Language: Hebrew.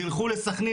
תלכו לסחנין,